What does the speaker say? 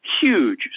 huge